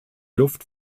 luft